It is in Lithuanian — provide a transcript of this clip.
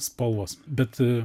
spalvos bet